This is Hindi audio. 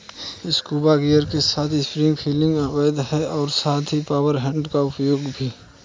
स्कूबा गियर के साथ स्पीयर फिशिंग अवैध है और साथ ही पावर हेड्स का उपयोग भी